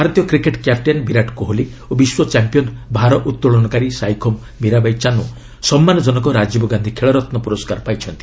ଭାରତୀୟ cricket captain Virat Kohli ଓ ବିଶ୍ୱ ଚାମ୍ପିୟନ୍ ଭାରଉତ୍ତୋଳନକାରୀ ସାଇଖୋମ୍ ମୀରାବାଇ ଚାନୁ ସମ୍ମାନଙ୍କନକ ରାଜୀବ ଗାନ୍ଧି ଖେଳରତ୍ନ ପୁରସ୍କାର ପାଇଛନ୍ତି